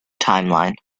timeline